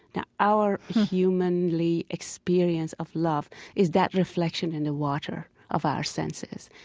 now, our humanly experience of love is that reflection in the water of our senses.